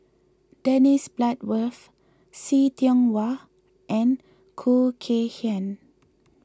Dennis Bloodworth See Tiong Wah and Khoo Kay Hian